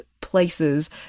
places